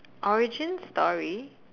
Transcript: origin story